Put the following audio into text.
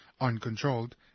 Uncontrolled